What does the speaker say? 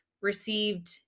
received